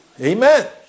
Amen